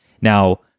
Now